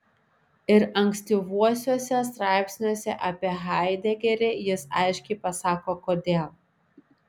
ir ankstyvuosiuose straipsniuose apie haidegerį jis aiškiai pasako kodėl